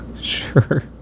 Sure